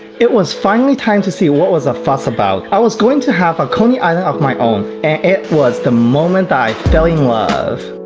it was finally time to see what was a fuss about i was going to have a coney island of my own and it was the moment i fell in love